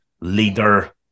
leader